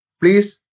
Please